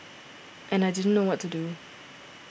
and I didn't know what to do